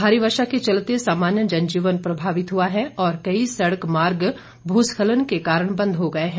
भारी बारिश के चलते सामान्य जन जीवन प्रभावित हुआ है और कई सड़क मार्ग भू स्खलन के कारण बंद हो गए हैं